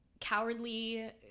cowardly